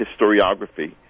historiography